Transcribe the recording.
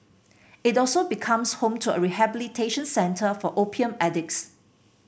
it also becomes home to a rehabilitation centre for opium addicts